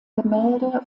gemälde